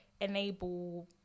enable